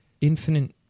infinite